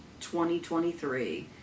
2023